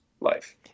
life